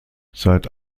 seit